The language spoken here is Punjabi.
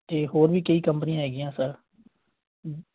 ਅਤੇ ਹੋਰ ਵੀ ਕਈ ਕੰਪਨੀਆਂ ਹੈਗੀਆਂ ਸਰ